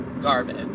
garbage